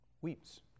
weeps